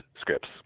scripts